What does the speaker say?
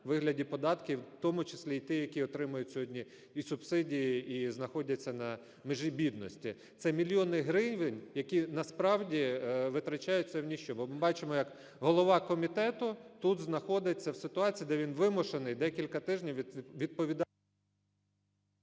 вигляді податків, у тому числі і ті, які отримують сьогодні і субсидії і знаходяться на межі бідності. Це мільйони гривень, які насправді витрачаються в ніщо. Бо ми бачимо, як голова комітету тут знаходиться в ситуації, де він вимушений декілька тижнів відповідати…